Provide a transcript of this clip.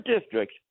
district